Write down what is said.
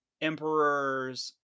emperors